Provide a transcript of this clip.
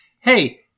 Hey